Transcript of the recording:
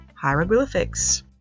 hieroglyphics